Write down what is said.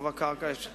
השאלה אם יש תקציב.